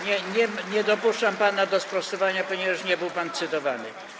Nie, nie dopuszczam pana do sprostowania, ponieważ nie był pan cytowany.